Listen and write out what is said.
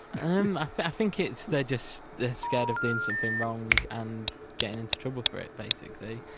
um ah i think it's they're just they're scared of doing something wrong and getting into trouble for it basically.